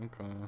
Okay